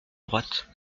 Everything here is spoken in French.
droite